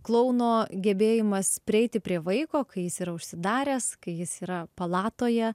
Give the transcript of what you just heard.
klouno gebėjimas prieiti prie vaiko kai jis yra užsidaręs kai jis yra palatoje